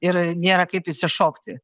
ir nėra kaip išsišokti